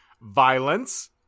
Violence